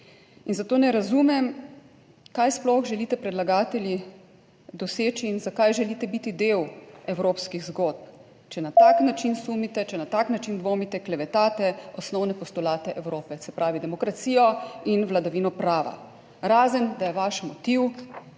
In zato ne razumem kaj sploh želite predlagatelji doseči in zakaj želite biti del evropskih zgodb, če na tak način sumite, če na tak način dvomite, klevetate osnovne postulate Evrope, se pravi demokracijo in vladavino prava, razen, da je vaš motiv